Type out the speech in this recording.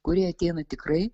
kurie ateina tikrai